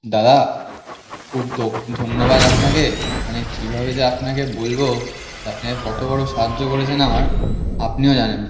দাদা খুব দো ধন্যবাদ আপনাকে মানে কীভাবে যে আপনাকে বলবো আপনি আর কতো বড়ো সাহায্য করেছেন আমার আপনিও জানেন